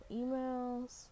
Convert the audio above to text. emails